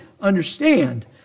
understand